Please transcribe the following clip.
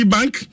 Bank